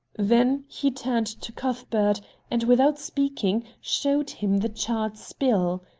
then he turned to cuthbert and, without speaking, showed him the charred spill.